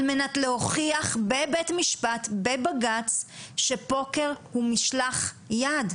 מנת להוכיח בבית משפט בבג"ץ שפוקר הוא משלח יד,